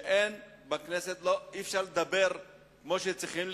שבכנסת אי-אפשר לדבר כמו שצריכים לדבר.